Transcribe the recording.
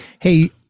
Hey